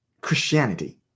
Christianity